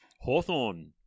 Hawthorne